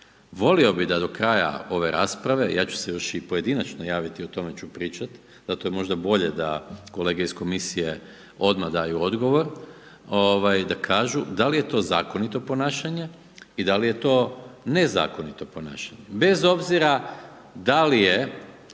Volio bi da do kraja ove rasprave, ja ću se još pojedinačno javiti, o tome ću pričati, zato je bolje da kolege iz Komisije, odmah daju odgovor, da kažu da li je to zakonito ponašanje i da li je to nezakonito ponašanje? Bez obzira da li je,